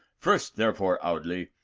first, therefore, audley,